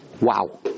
wow